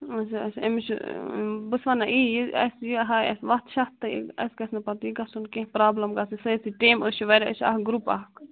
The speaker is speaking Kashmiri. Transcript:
اَچھا اَچھا أمِس چھُ بہٕ چھَس ونان یہِ یہِ اَسہِ یہِ ہاوِ اَسہِ وتھ شتھ تہٕ اَسہِ گژھِ نہٕ پتہٕ یہِ گژھُن کیٚنٛہہ پرٛابلِم گژھِنۍ سٲرسٕے ٹیم أسۍ چھِ واریاہ أسۍ چھِ گرٛوٗپ اَکھ